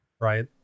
Right